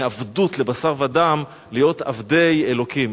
מעבדות לבשר ודם להיות עבדי אלוקים.